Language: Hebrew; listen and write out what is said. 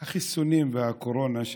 החיסונים נגד קורונה,